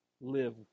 live